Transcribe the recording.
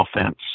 offense